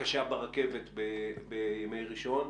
הקשה ברכבת בימי ראשון.